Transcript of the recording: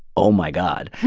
oh, my god.